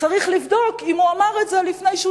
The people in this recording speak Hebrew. צריך לבדוק אם הוא אמר את זה לפני שהוא